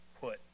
put